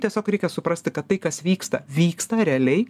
tiesiog reikia suprasti kad tai kas vyksta vyksta realiai